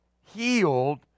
healed